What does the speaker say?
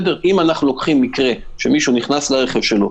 אם מישהו נכנס לרכב שלו,